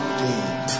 deep